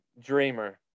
dreamer